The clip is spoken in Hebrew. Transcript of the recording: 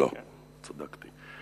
לא, צדקתי.